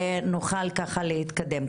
נוכל ככה להתקדם.